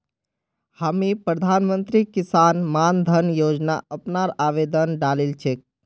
हामी प्रधानमंत्री किसान मान धन योजना अपनार आवेदन डालील छेक